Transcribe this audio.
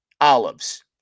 olives